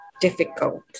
difficult